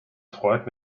freud